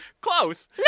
Close